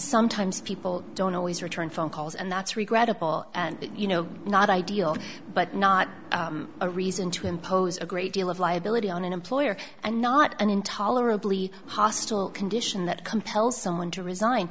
sometimes people don't always return phone calls and that's regrettable and you know not ideal but not a reason to impose a great deal of liability on an employer and not an intolerably hostile condition that compels someone to resign